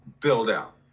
build-out